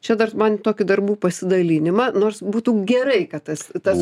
čia dar man tokį darbų pasidalinimą nors būtų gerai kad tas tas